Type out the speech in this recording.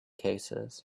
cases